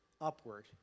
upward